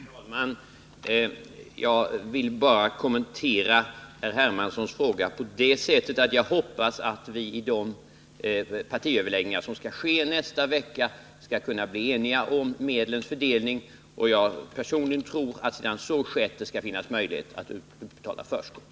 Herr talman! Jag vill bara kommentera herr Hermanssons fråga med att säga att jag hoppas att vi i de partiöverläggningar som skall ske nästa vecka skall kunna bli eniga om medlens fördelning. Jag tror personligen att det sedan så skett skall finnas möjligheter att utbetala förskott.